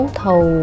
thầu